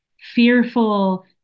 fearful